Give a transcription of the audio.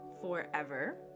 forever